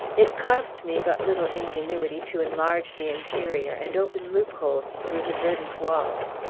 it cost me but little ingenuity to enlarge the interior, and open loopholes through the verdant walls.